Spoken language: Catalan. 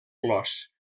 flors